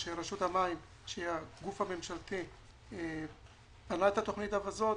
רשות המים היא הגוף הממשלתי שבנה את התוכנית הזאת.